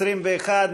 21,